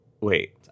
wait